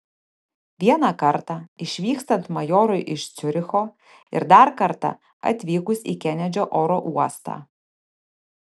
vieną kartą išvykstant majorui iš ciuricho ir dar kartą atvykus į kenedžio oro uostą